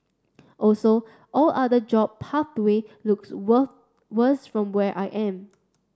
also all other job pathway looks were worse from where I am